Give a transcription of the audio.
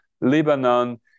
Lebanon